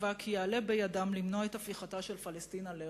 תקווה כי יעלה בידם למנוע את הפיכתה של פלשתינה לארץ-ישראל".